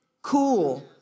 Cool